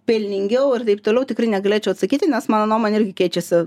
pelningiau ir taip toliau tikrai negalėčiau atsakyti nes mano nuomonė irgi keičiasi